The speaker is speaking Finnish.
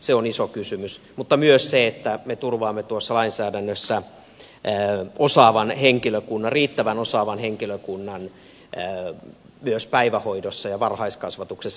se on iso kysymys mutta myös se että me turvaamme tuossa lainsäädännössä osaavan henkilökunnan riittävän osaavan henkilökunnan myös päivähoidossa ja varhaiskasvatuksessa